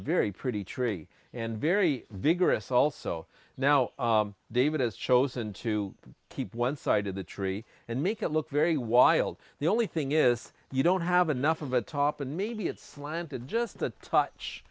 very pretty tree and very vigorous also now david has chosen to keep one side of the tree and make it look very wild the only thing is you don't have enough of a top and maybe it slanted just a touch